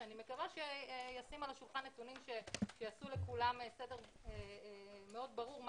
ואני מקווה שישים על השולחן נתונים שיעשו לכולם סדר מאוד ברור מה